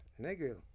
Nigga